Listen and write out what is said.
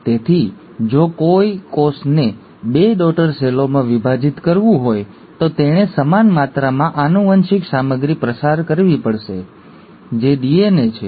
તેથી જો કોઈ કોષને બે ડૉટર સેલોમાં વિભાજિત કરવું હોય તો તેણે સમાન માત્રામાં આનુવંશિક સામગ્રી પસાર કરવી પડે છે જે ડીએનએ છે